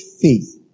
faith